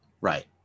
Right